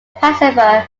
pacifier